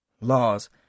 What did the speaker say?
Laws